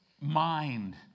mind